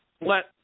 Let